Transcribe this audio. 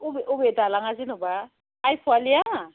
अबे अबे दालाङा जेन'बा आइफवालिआ